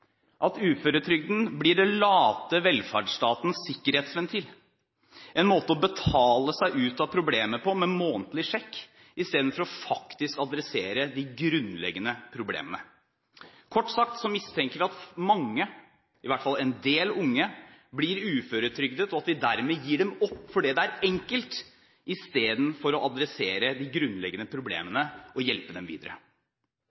at uføretrygden blir den late velferdsstatens sikkerhetsventil, en måte å betale seg ut av problemet på med en månedlig sjekk istedenfor å adressere de grunnleggende problemene. Kort sagt mistenker vi at en del unge blir uføretrygdet, og at man dermed gir dem opp, fordi det er enkelt, istedenfor å adressere de grunnleggende